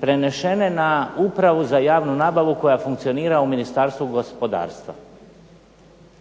prenesene na Upravu za javnu nabavu koja funkcionira u Ministarstvu gospodarstva.